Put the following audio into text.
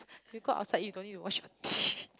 if you go outside you don't need to wash your dish